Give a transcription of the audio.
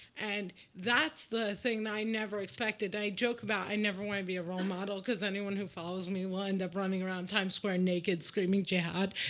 and that's the thing that i never expected. i joke about i never want to be a role model, because anyone who follows me will end up running around times square, naked, screaming jihad!